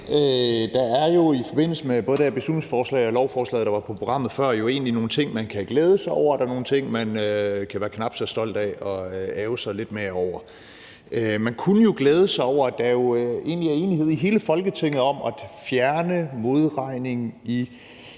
Der er i forbindelse med både det her beslutningsforslag og med lovforslaget, der var på programmet før, jo egentlig nogle ting, man kan glæde sig over, og nogle ting, man kan være knap så stolt af og ærgre sig lidt mere over. Man kunne jo glæde sig over, at der egentlig er enighed i hele Folketinget om at fjerne modregningen